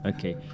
Okay